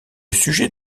sujet